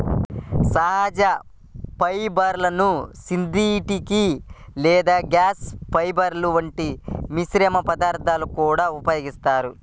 సహజ ఫైబర్లను సింథటిక్ లేదా గ్లాస్ ఫైబర్ల వంటి మిశ్రమ పదార్థాలలో కూడా ఉపయోగిస్తారు